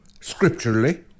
scripturally